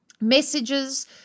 messages